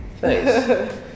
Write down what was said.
thanks